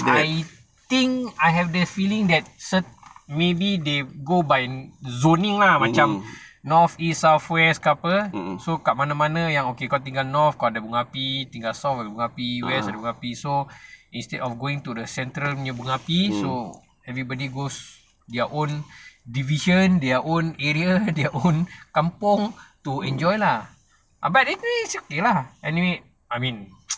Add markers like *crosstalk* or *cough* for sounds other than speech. I think I have the feeling that *noise* maybe they go by zoning lah macam north east south west ke apa so kat mana-mana yang okay kau tinggal north ada bunga api tinggal south ada bunga api west ada bunga api so instead of going to the central punya bunga api so everybody goes your own division their own area their own kampung to enjoy lah but anyway I mean *noise*